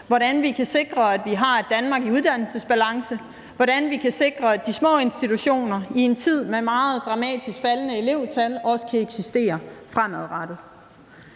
hvordan vi kan sikre, at vi har et Danmark i uddannelsesbalance, og hvordan vi kan sikre, at de små institutioner i en tid med meget dramatisk faldende elevtal også kan eksistere fremadrettet.